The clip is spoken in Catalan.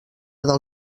del